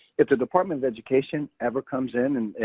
if the department of education ever comes in,